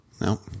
No